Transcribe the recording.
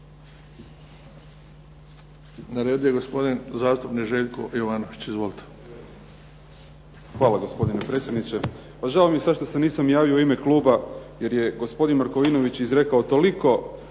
Na redu je gospodin zastupnik Željko Jovanović. Izvolite.